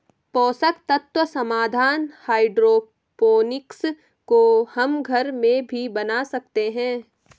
पोषक तत्व समाधान हाइड्रोपोनिक्स को हम घर में भी बना सकते हैं